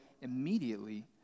immediately